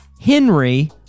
Henry